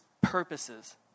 purposes